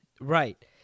Right